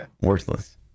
worthless